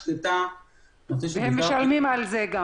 הם גם משלמים על זה.